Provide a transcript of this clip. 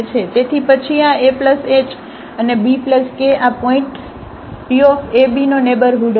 તેથી પછી આ a h અને b k આ પોઇન્ટ P a b નો નેઇબરહુડ હશે